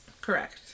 correct